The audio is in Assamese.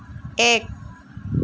এক